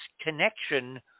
connection